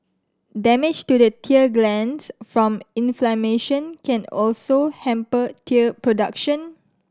damage to the tear glands from inflammation can also hamper tear production